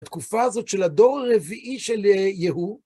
התקופה הזאת של הדור הרביעי של יהוא,